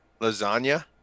Lasagna